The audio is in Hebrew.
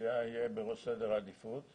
האוכלוסייה יהיה בראש סדר העדיפות?